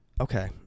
Okay